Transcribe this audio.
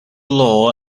law